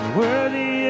worthy